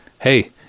Hey